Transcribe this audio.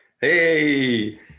Hey